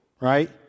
right